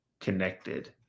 connected